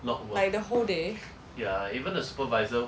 like the whole day